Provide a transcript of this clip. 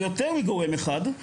ליותר מגורם אחד,